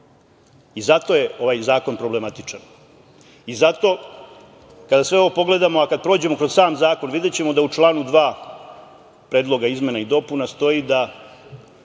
je ovaj zakon problematičan i zato kada sve ovo pogledamo, a kada prođemo kroz sam zakon, videćemo da u članu 2. Predloga izmena i dopuna stoji da